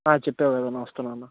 చెప్పావు కదన్నా వస్తున్నా అన్నా